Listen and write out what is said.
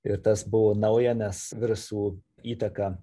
ir tas buvo nauja nes virusų įtaka